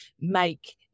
make